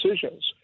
decisions